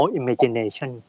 imagination